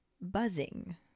buzzing